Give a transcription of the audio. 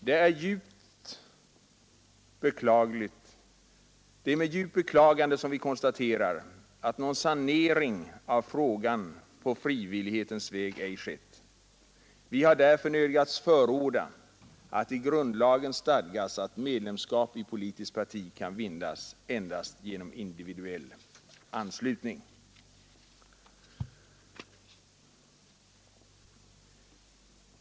Det är med djupt beklagande som vi konstaterar att någon sanering av frågan på frivillighetens väg ej skett. Vi har därför nödgats förorda att i grundlagen stadgas att medlemskap i politiskt parti kan vinnas endast genom individuell anslutning.